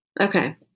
okay